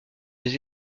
les